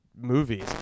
movies